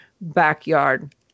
backyard